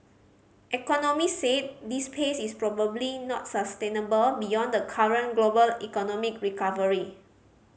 economist said this pace is probably not sustainable beyond the current global economic recovery